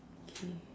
okay